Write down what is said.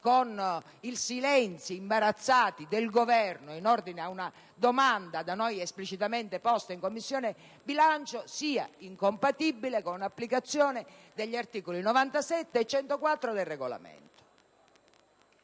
con i silenzi imbarazzati del Governo in ordine ad una domanda da noi esplicitamente posta in Commissione bilancio, sia incompatibile con l'applicazione degli articoli 97 e 104 del Regolamento.